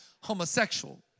homosexual